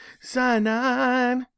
cyanide